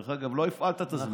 דרך אגב, לא הפעלת את הזמן.